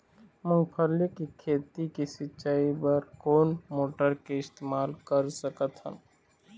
मूंगफली के खेती के सिचाई बर कोन मोटर के इस्तेमाल कर सकत ह?